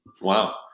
Wow